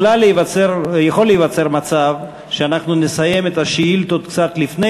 יכול להיווצר מצב שאנחנו נסיים את השאילתות קצת לפני